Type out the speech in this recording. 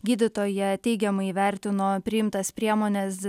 gydytoja teigiamai įvertino priimtas priemones